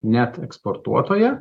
net eksportuotoja